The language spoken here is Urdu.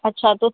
اچھا تو